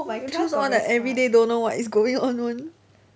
they choose all the everyday don't know what is going on [one]